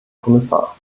kommissar